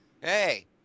Hey